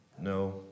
No